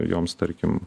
joms tarkim